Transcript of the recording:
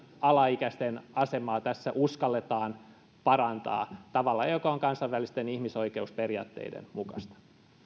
alaikäisten asemaa tässä uskalletaan parantaa tavalla joka on kansainvälisten ihmisoikeusperiaatteiden mukaista